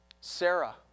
Sarah